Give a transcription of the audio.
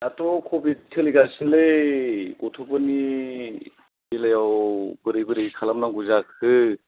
दाथ' कभिद सोलिगासिनोलै गथ'फोरनि बेलायाव बोरै बोरै खालामनांगौ जाखो